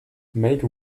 make